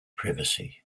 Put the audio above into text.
privacy